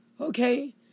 Okay